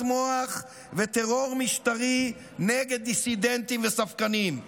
מוח וטרור משטרי נגד דיסידנטים וספקנים.